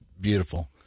beautiful